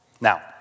Now